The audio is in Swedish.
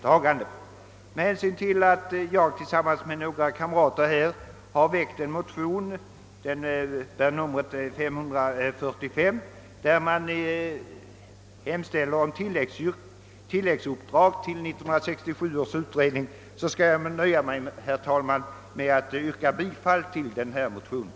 Jag har tillsammans med några kamrater väckt en motion, nr 545, där vi hemställer om tilläggsuppdrag till 1967 års utredning, och jag skall, herr talman, nöja mig med att yrka bifall till vår motion.